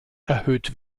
erhöht